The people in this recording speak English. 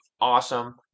awesome